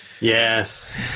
Yes